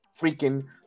freaking